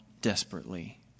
desperately